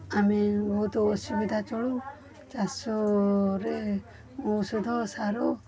ଆମେ ବହୁତ ଅସୁବିଧା ଚଳୁ ଚାଷରେ ଔଷଧ ସାର